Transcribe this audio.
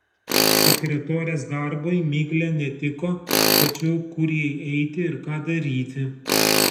sekretorės darbui miglė netiko tačiau kur jai eiti ir ką daryti